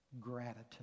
gratitude